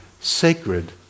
sacred